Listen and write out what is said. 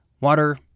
Water